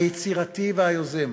היצירתי והיוזם,